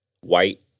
white